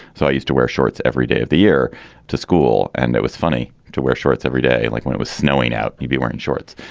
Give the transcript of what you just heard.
so i used to wear shorts every day of the year to school. and it was funny to wear shorts every day, like when it was snowing out. you'd be wearing shorts,